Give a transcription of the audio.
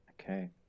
okay